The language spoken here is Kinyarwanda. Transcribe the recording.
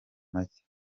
make